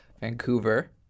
Vancouver